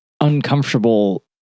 uncomfortable